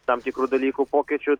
tam tikrų dalykų pokyčių